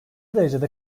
derecede